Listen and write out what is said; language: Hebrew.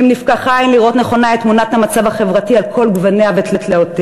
אם נפקח עין לראות נכונה את תמונת המצב החברתי על כל גווניה ותלאותיה,